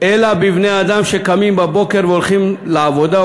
אלא בבני-אדם שקמים בבוקר והולכים לעבודה,